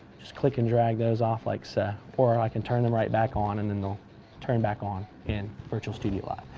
just click and drag those off like so or i can turn them right back on and then they'll turn back on in virtual studiolive.